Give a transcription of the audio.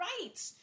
right